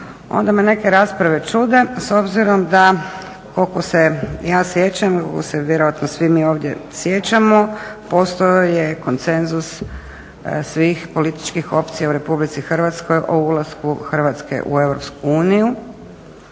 onda me neke rasprave čude s obzirom da koliko se ja sjećam koliko se vjerojatno svi mi ovdje sjećamo postojao je konsenzus svih političkih opcija u RH o ulasku Hrvatske u EU.